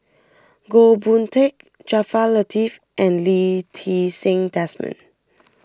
Goh Boon Teck Jaafar Latiff and Lee Ti Seng Desmond